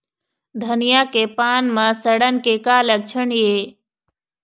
धनिया के पान म सड़न के का लक्षण ये?